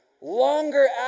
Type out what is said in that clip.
longer